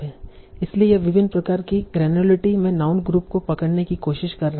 इसलिए यह विभिन्न प्रकार की ग्रनुलारिटी में नाउन ग्रुप को पकड़ने की कोशिश कर रहा है